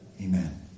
Amen